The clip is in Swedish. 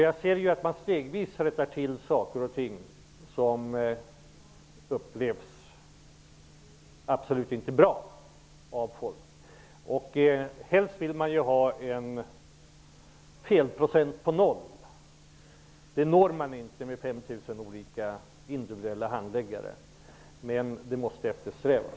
Jag har sett att saker och ting som upplevs som absolut inte bra rättas till steg för steg. Helst skall ju felprocenten vara noll. Men det går inte att nå den när det finns 5 000 individuella handläggare. Men den siffran måste eftersträvas.